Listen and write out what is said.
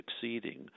succeeding